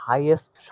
Highest।